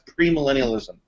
premillennialism